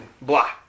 Blah